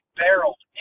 barreled